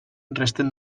resten